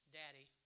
daddy